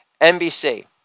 NBC